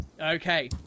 Okay